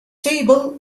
table